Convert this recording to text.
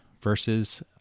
versus